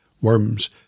Worms